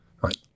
right